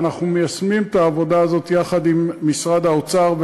ואנחנו מיישמים את העבודה הזאת יחד עם משרד האוצר,